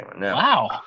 Wow